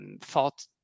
thought